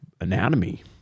anatomy